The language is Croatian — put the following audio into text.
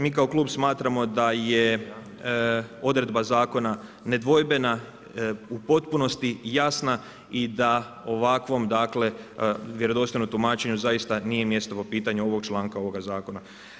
Mi kao klub smatramo da je odredba zakona nedvojbena u potpunosti jasna i da ovakvom vjerodostojnog tumačenju zaista nije mjesto po pitanju ovog članka ovoga zakona.